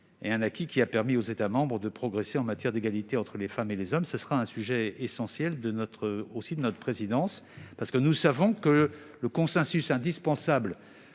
acquis qui a permis aux États de progresser en matière d'égalité entre les femmes et les hommes. Ce sera également un sujet essentiel de notre présidence, car nous savons que le consensus indispensable